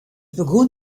begûn